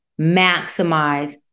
maximize